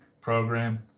program